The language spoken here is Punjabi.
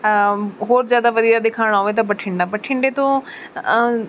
ਹੋਰ ਜ਼ਿਆਦਾ ਵਧੀਆ ਦਿਖਾਉਣਾ ਹੋਵੇ ਤਾਂ ਬਠਿੰਡਾ ਬਠਿੰਡੇ ਤੋਂ